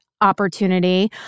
opportunity